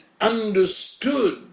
understood